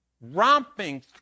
romping